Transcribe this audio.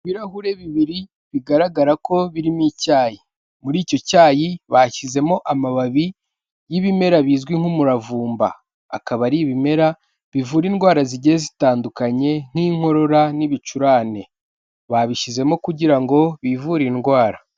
Ibirahure bibiri bigaragara ko birimo icyayi, muri icyo cyayi bashyizemo amababi y'ibimera bizwi nk'umuravumba, akaba ari ibimera bivura indwara zigiye zitandukanye nk'inkorora n'ibicurane, babishyizemo kugira ngo bivure indwara.